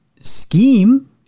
scheme